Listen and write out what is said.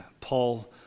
Paul